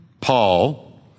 Paul